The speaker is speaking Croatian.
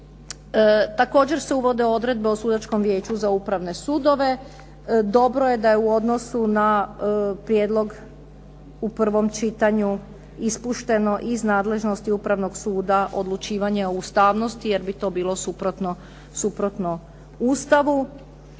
Također se uvode odredbe o Sudačkom vijeću za upravne sudove. Dobro je da je u odnosu na prijedlog u prvom čitanju ispušteno iz nadležnosti Upravnog suda odlučivanje o ustavnosti jer bi to bilo suprotno Ustavu.